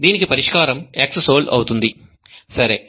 దీనికి పరిష్కారం xSol అవుతుంది సరే